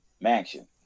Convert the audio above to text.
mansion